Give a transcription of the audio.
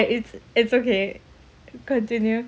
I it's it's okay continue